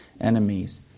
enemies